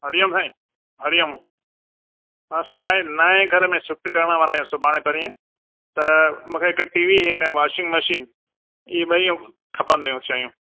हरि ओम साईं हरि ओम हा असां छा आहे नएं घर में शिफ्ट करण वारा आहियूं सुभाणे परींहं त मूंखे हिकु टी वी ऐं हिकु वॉशिंग मशीन इहे ॿई खपंदियूं हुयूं शयूं